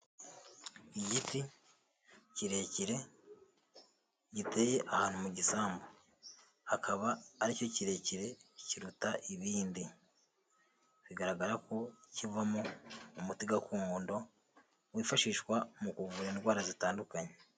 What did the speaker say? Igiti kirekire giteye ahantu mu gisambu hakaba aricyo kirekire kiruta ibindi, bigaragara ko kivamo umuti gakondo wifashishwa mu kuvura indwara zitandukanye.